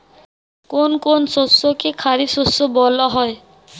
কোন কোন শস্যকে খারিফ শস্য বলা হয়?